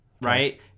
right